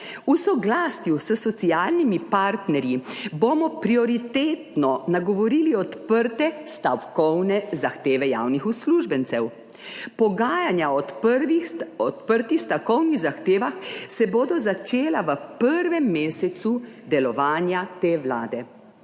"V soglasju s socialnimi partnerji bomo prioritetno nagovorili odprte stavkovne zahteve javnih uslužbencev." Pogajanja o odprtih stavkovnih zahtevah se bodo začela v prvem mesecu delovanja te vlade.